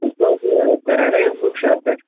تُہۍ چھُو حظ یہِ پیراڈایِز بُک شاپ پیٚٹھ